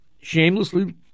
shamelessly